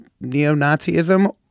neo-Nazism